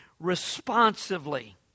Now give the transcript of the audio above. responsively